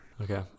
Okay